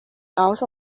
out